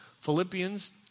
Philippians